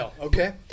Okay